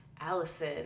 Allison